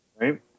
Right